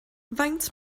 faint